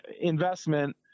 investment